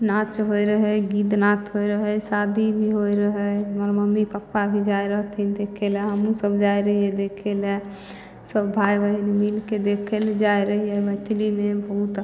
नाँच होइ रहै गीत नाद होइ रहै शादी भी होइ रहै हमर मम्मी पप्पा भी जाइ रहथिन देखेला हमहूँ सब जाइ रहियै देखेलए सब भाय बहीन मिलकए देखैलए जाइ रहियै मैथली भी बहुत